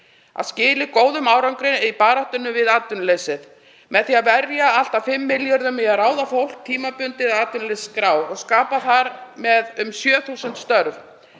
að skili góðum árangri í baráttunni við atvinnuleysið með því að verja allt að 5 milljörðum í að ráða tímabundið fólk á atvinnuleysisskrá og skapa þar með um 7.000 störf.